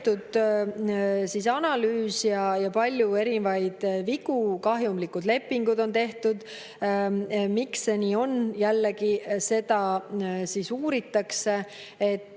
tehtud analüüs – palju erinevaid vigu, kahjumlikud lepingud on tehtud. Miks see nii on – jällegi, seda uuritakse, et